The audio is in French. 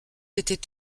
était